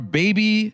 baby